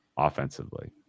offensively